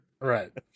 Right